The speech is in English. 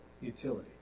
utility